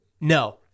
No